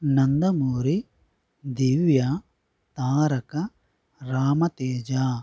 Nandamuri Divya Taraka Rama Teja